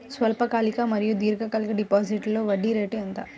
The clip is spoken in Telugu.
స్వల్పకాలిక మరియు దీర్ఘకాలిక డిపోజిట్స్లో వడ్డీ రేటు ఎంత?